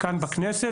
כאן בכנסת,